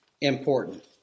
important